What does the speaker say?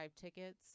tickets